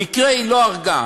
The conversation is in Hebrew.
במקרה היא לא הרגה.